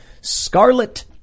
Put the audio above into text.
scarlet